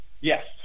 Yes